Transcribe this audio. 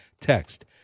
text